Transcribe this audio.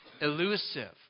elusive